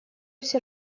все